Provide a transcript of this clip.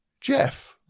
Jeff